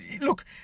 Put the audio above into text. Look